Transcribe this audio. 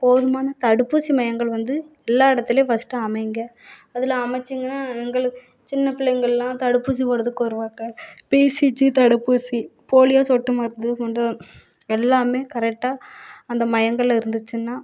போதுமான தடுப்பூசி மையங்கள் வந்து எல்லா இடத்துலையும் ஃபர்ஸ்ட்டு அமைங்க அதில் அமைச்சீங்கன்னா எங்கள் சின்ன பிள்ளைங்கள்லாம் தடுப்பூசி போடுறதுக்கு வருவாங்க இசிஜி தடுப்பூசி போலியோ சொட்டு மருந்து கொண்டு எல்லாமே கரெக்டாக அந்த மையங்கள் இருந்திச்சுன்னா